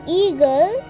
eagle